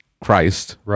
Christ